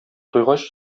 туйгач